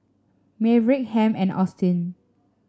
Maverick Hamp and Austin